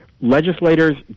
legislators